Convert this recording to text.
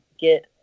get